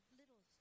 little